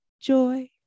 joy